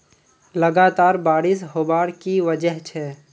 लगातार बारिश होबार की वजह छे?